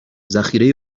ذخیره